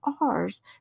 R's